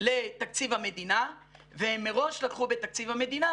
לתקציב המדינה והם מראש לקחו בתקציב המדינה